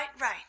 right